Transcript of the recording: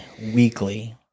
weekly